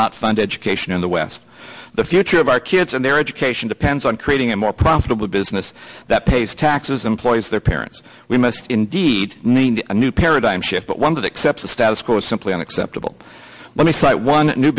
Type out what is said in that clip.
not fund education in the west the future of our kids and their education depends on creating a more profitable business that pays taxes employees their parents we must indeed need a new paradigm shift but one that accept the status quo is simply unacceptable let me cite one new